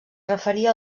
referia